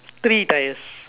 three tyres